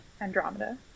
Andromeda